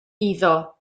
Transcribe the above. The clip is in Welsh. iddo